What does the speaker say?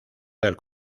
del